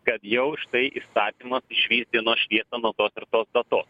kad jau štai įstatymas išvys dienos šviesą nuo tos ir tos datos